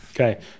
Okay